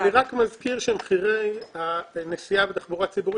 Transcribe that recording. אני רק מזכיר שמחירי הנסיעה בתחבורה הציבורית